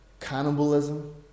cannibalism